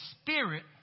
spirit